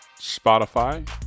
Spotify